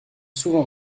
souvent